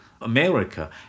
America